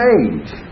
age